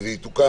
וזה יתוקן